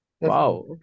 Wow